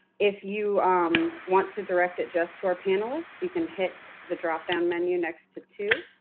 if you um want to direct it just to our panelists, you can hit the drop-down menu next to to,